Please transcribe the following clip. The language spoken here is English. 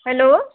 hello